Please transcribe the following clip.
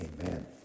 amen